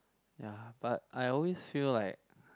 ya but I always feel like